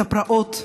את הפרעות,